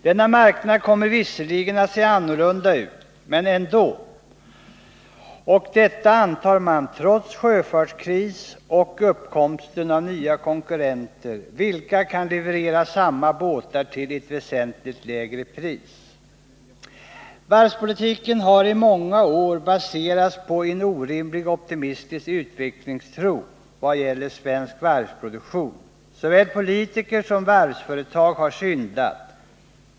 Denna marknad kommer visserligen att se annorlunda ut, men man har ändå denna inriktning, trots sjöfartskris och uppkomsten av nya konkurrenter, vilka kan leverera samma båtar till ett väsentligt lägre pris. Varvspolitiken har i många år baserats på en orimligt optimistisk utvecklingstro vad gäller svensk varvsproduktion. Såväl politiker som varvsföretag har syndat.